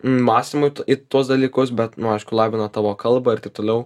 mąstymui į tuos dalykus bet nu aišku lavina tavo kalbą ir taip toliau